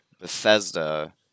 Bethesda